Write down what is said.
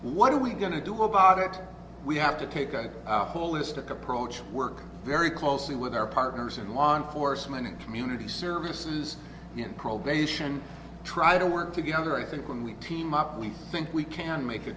what are we going to do about it we have to take a holistic approach work very closely with our partners in law enforcement and community services and probation try to work together i think when we team up we think we can make a